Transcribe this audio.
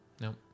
Nope